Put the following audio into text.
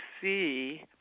see